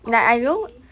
oh really